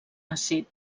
àcid